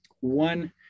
One